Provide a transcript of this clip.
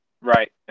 Right